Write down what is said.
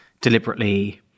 deliberately